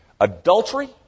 adultery